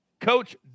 Coach